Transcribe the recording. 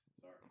Sorry